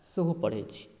सेहो पढ़ैत छी